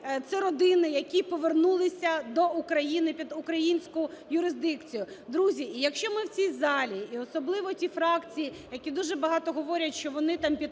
це родини, які повернулися до України, під українську юрисдикцію. Друзі, якщо ми в цій залі, і особливо ті фракції, які дуже багато говорять, що вони там підтримують